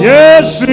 Yes